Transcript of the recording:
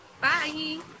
Bye